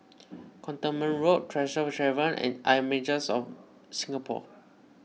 Cantonment Road Tresor Tavern and Images of Singapore